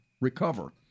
recover